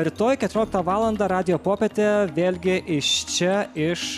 rytoj keturioliktą valandą radijo popietė vėlgi iš čia iš